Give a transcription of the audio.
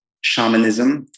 shamanism